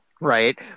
Right